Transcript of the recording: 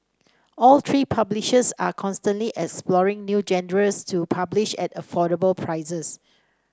all three publishers are constantly exploring new genres to publish at affordable prices